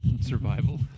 survival